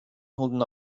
holding